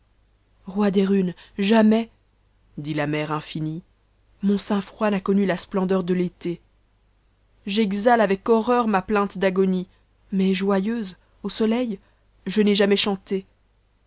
ro des runes jamais dit la mer nmnte mon sein froid n'a connu la splendeur de rété j'exhale avec horreur ma plainte d'agonie mais joyeuse au soleil je n'a jamais chanté